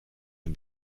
den